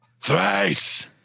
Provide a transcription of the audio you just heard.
Thrice